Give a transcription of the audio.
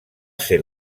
ser